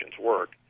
work